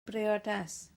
briodas